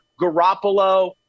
Garoppolo